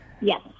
Yes